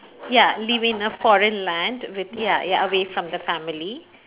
ya living in a foreign land with ya ya away from the family